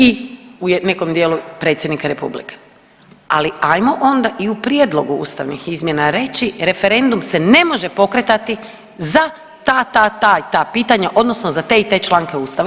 I u nekom dijelu predsjednika Republike, ali ajmo onda i u prijedlogu ustavnih izmjena reći referendum se ne može pokretati za ta, ta, ta i ta pitanja odnosno za te i te članke Ustava.